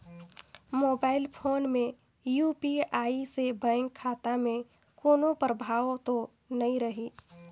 Mobile phone मे UPI से bank खाता मे कोनो प्रभाव तो नइ रही?